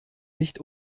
nicht